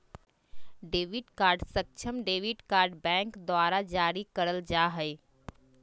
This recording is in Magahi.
डेबिट कार्ड सक्षम डेबिट कार्ड बैंक द्वारा जारी करल जा हइ